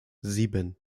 sieben